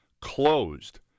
closed